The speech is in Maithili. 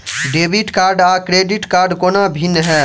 डेबिट कार्ड आ क्रेडिट कोना भिन्न है?